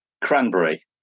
cranberry